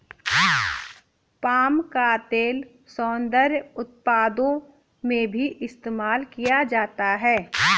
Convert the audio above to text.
palm का तेल सौन्दर्य उत्पादों में भी इस्तेमाल किया जाता है